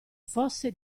fosse